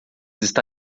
está